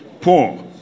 poor